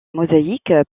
mosaïques